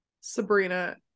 Sabrina